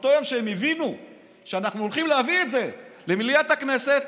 באותו יום שהם הבינו שאנחנו הולכים להביא את זה למליאת הכנסת,